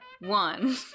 one